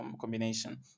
combination